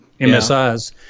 MSIs